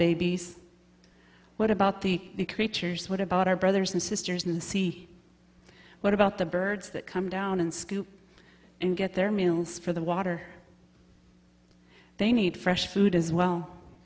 babies what about the creatures what about our brothers and sisters in the sea what about the birds that come down and scoop and get their meals for the water they need fresh food as well